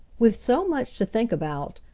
with so much to think about,